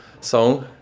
song